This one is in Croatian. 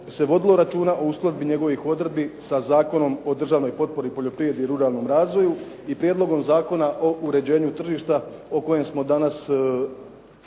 se vodilo računa o uskladbi njegovih odredbi sa Zakonom o državnoj potpori poljoprivredi i ruralnom razvoju i prijedlogom Zakona o uređenju tržišta o kojem smo danas